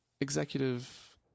executive